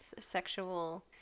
sexual